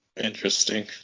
interesting